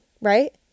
right